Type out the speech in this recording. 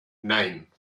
nine